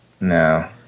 no